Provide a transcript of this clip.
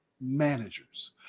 managers